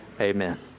Amen